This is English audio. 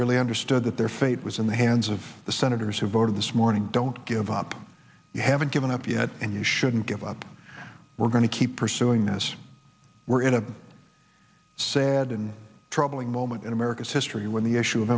really understood that their fate was in the hands of the senators who voted this morning don't give up you haven't given up yet and you shouldn't give up we're going to keep pursuing this we're in a sad and troubling moment in america's history when the issue of